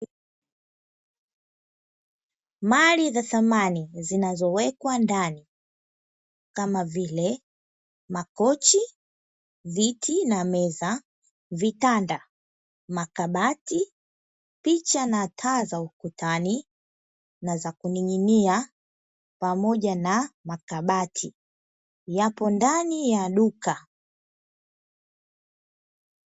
Mali za samani zinazowekwa ndani kama vile; Makochi, Viti na Meza, Vitanda, Makabati, Picha na Taa za ukutani na za kuning'inia pamoja na Makabati yapo ndani ya duka.